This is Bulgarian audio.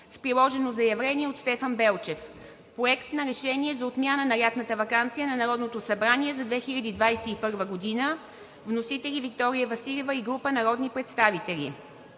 с приложено заявление от Стефан Белчев. 4. Проект на решение за отмяна на лятната ваканция на Народното събрание за 2021 г. Вносители – Виктория Василева и група народни представители.